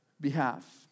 behalf